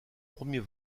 premier